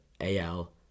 AL